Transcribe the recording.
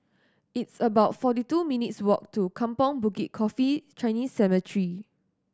it's about forty two minutes' walk to Kampong Bukit Coffee Chinese Cemetery